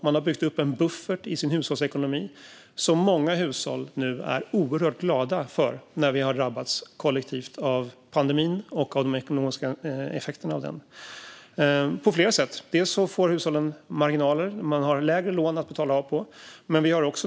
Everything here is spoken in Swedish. Man har byggt upp en buffert i sin hushållsekonomi som många hushåll är oerhört glada över nu när vi har drabbats kollektivt av pandemin och de ekonomiska effekterna av den. Det fungerar på flera sätt. Hushållen får marginaler när de har lägre lån att betala av på.